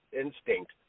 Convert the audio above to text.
instinct